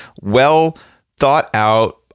well-thought-out